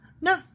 no